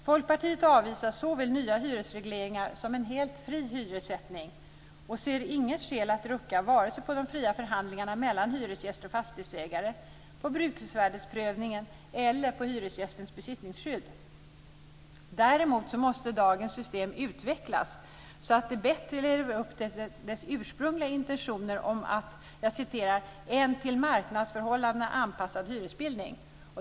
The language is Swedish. Folkpartiet avvisar såväl nya hyresregleringar som en helt fri hyressättning och ser inget skäl att rucka på vare sig de fria förhandlingarna mellan hyresgäster och fastighetsägare, bruksvärdesprövningen eller hyresgästens besittningsskydd. Däremot måste dagens system utvecklas så att det bättre lever upp till sina ursprungliga intentioner om en till marknadsförhållandena anpassad hyresbildning.